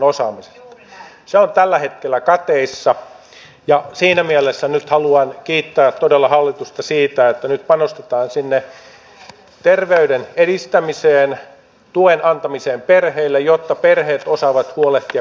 se on tällä hetkellä kateissa ja siinä mielessä nyt haluan kiittää todella hallitusta siitä että nyt panostetaan sinne terveyden edistämiseen tuen antamiseen perheille jotta perheet osaavat huolehtia kasvatuksesta